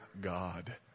God